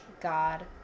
God